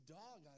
dog